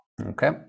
Okay